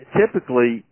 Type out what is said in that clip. typically